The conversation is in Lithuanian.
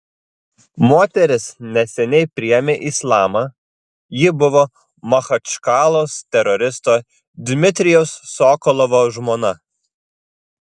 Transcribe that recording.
moteris neseniai priėmė islamą ji buvo machačkalos teroristo dmitrijaus sokolovo žmona